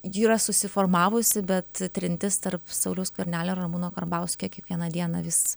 ji yra susiformavusi bet trintis tarp sauliaus skvernelio ramūno karbauskio kiekvieną dieną vis